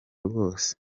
rwose